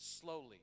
slowly